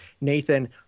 Nathan